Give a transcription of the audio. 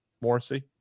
Morrissey